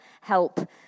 help